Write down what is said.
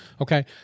Okay